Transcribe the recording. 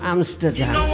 Amsterdam